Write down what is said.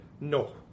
No